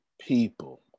people